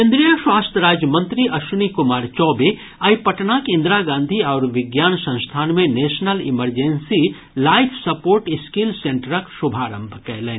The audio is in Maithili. केन्द्रीय स्वास्थ्य राज्य मंत्री अश्विनी कुमार चौबे आइ पटनाक इंदिरा गांधी आयुर्विज्ञान संस्थान मे national emergency life support skill सेंटरक शुभारंभ कयलनि